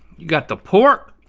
got the pork.